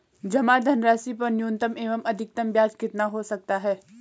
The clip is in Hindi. जमा धनराशि पर न्यूनतम एवं अधिकतम ब्याज कितना हो सकता है?